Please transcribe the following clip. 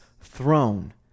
throne